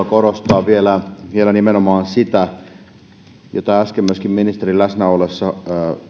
korostaa vielä vielä nimenomaan sitä mitä äsken myöskin ministerin läsnä ollessa